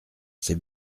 c’est